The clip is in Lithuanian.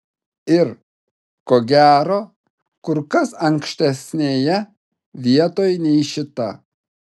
ir ko gero kur kas ankštesnėje vietoj nei šita